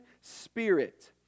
Spirit